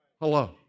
Hello